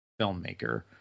filmmaker